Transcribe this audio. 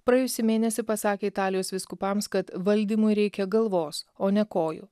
praėjusį mėnesį pasakė italijos vyskupams kad valdymui reikia galvos o ne kojų